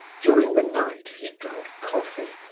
during the night he drank coffee,